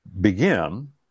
begin